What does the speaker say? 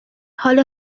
حال